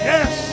Yes